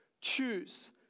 choose